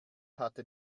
hatte